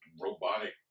robotic